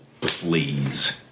Please